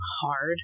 hard